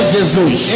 Jesus